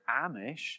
Amish